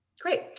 Great